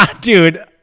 Dude